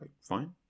fine